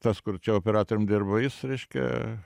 tas kur čia operatorium dirbo jis reiškia